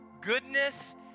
goodness